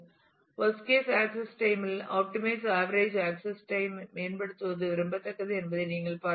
வோஸ்ட் case access time இல் optimise average access time மேம்படுத்துவது விரும்பத்தக்கது என்பதை நீங்கள் பார்க்க வேண்டும்